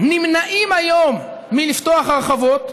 נמנעים היום מלפתוח הרחבות,